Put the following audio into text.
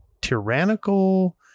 tyrannical